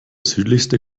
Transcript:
südlichste